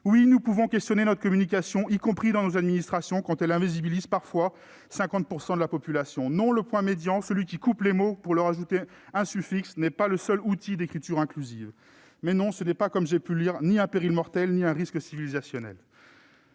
Oui, nous pouvons questionner notre communication, y compris dans nos administrations, quand elle invisibilise parfois 50 % de la population ! Non, le point médian, celui qui coupe les mots pour leur ajouter un suffixe, n'est pas le seul outil d'écriture inclusive ! Non, ce n'est ni un « péril mortel » ni un « risque civilisationnel